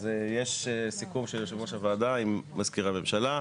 אז יש סיכום של יושב ראש הוועדה עם מזכיר הממשלה,